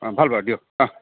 অ ভাল বাৰু দিয়ক অ